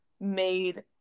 made